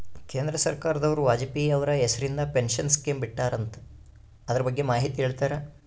ಕೇಂದ್ರ ಸರ್ಕಾರದವರು ವಾಜಪೇಯಿ ಅವರ ಹೆಸರಿಂದ ಪೆನ್ಶನ್ ಸ್ಕೇಮ್ ಬಿಟ್ಟಾರಂತೆ ಅದರ ಬಗ್ಗೆ ಮಾಹಿತಿ ಹೇಳ್ತೇರಾ?